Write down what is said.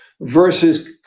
versus